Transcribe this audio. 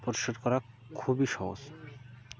পরিস্কার করা খুবই সহজ